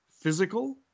physical